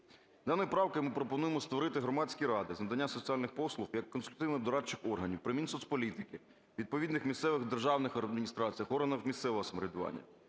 Даною правкою ми пропонуємо створити громадські ради з надання соціальних послуг як консультативно-дорадчих органів приМінсоцполітики, відповідних місцевих державних адміністраціях, органах місцевого самоврядування.